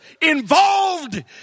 involved